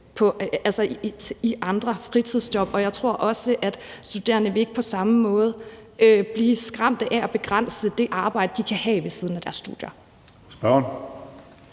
i andre fritidsjob. Jeg tror også, at de studerende ikke på samme måde vil blive skræmt fra at have arbejde eller vil begrænse det arbejde, de kan have ved siden af deres studier.